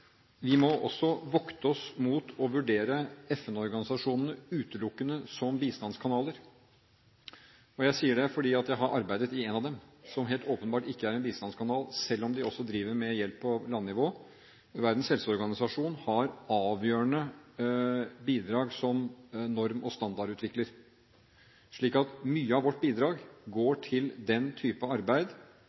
Vi må også vokte oss for å vurdere FN-organisasjonene utelukkende som bistandskanaler. Jeg sier det fordi jeg har arbeidet i en av dem, som helt åpenbart ikke er en bistandskanal selv om de også driver med hjelp på landnivå. Verdens helseorganisasjon har avgjørende bidrag som norm- og standardutvikler. Mye av vårt bidrag går til den type arbeid